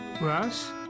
Russ